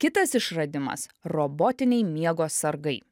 kitas išradimas robotiniai miego sargai